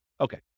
Okay